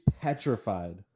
petrified